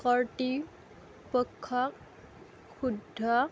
কৰ্তৃপক্ষক ক্ষুব্ধ